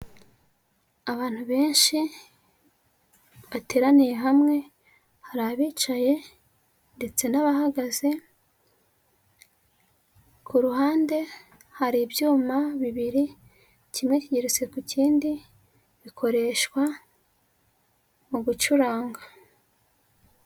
Abantu benshi bateraniye hamwe, hari abicaye ndetse n'abahagaze, ku ruhande hari ibyuma bibiri, kimwe kigeretse ku kindi, bikoreshwa mu gucuranga.